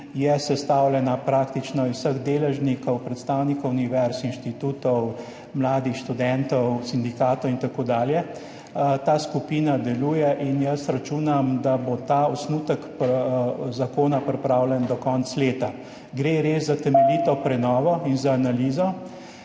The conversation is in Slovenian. Sestavljena je praktično iz vseh deležnikov, predstavnikov univerz, inštitutov, mladih študentov, sindikatov in tako dalje. Ta skupina deluje in jaz računam, da bo ta osnutek zakona pripravljen do konca leta. Gre res za temeljito prenovo in za analizo.